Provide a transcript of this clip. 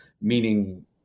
meaning